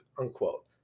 unquote